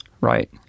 Right